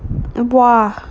mm ya